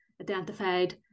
identified